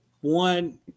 One